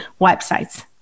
websites